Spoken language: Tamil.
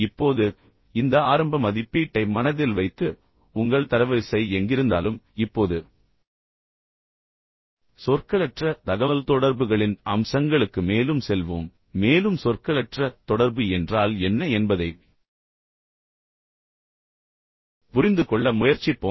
இப்போது இந்த ஆரம்ப மதிப்பீட்டை மனதில் வைத்து உங்கள் தரவரிசை எங்கிருந்தாலும் இப்போது சொற்களற்ற தகவல்தொடர்புகளின் அம்சங்களுக்கு மேலும் செல்வோம் மேலும் சொற்களற்ற தொடர்பு என்றால் என்ன என்பதைப் புரிந்துகொள்ள முயற்சிப்போம்